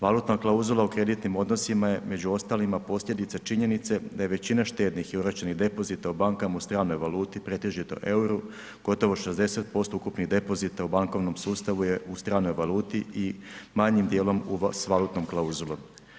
Valutna klauzula u kreditnim odnosima je među ostalima posljedica činjenice da je većina štednih i oročenih depozita u bankama u stranoj valuti, pretežito EUR-u, gotovo 60% ukupnih depozita u bankovnom sustavu je u stranoj valuti i manjim dijelom s valutnom klauzulom.